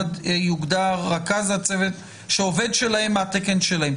יוגדר רכז הצוות כעובד שלהם מהתקן שלהם.